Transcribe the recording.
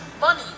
money